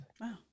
Wow